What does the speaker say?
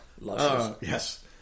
Yes